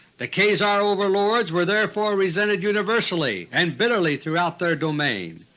the khazar overlords were therefore resented universally and bitterly throughout their domain,